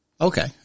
Okay